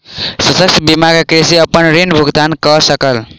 शस्य बीमा सॅ कृषक अपन ऋण भुगतान कय सकल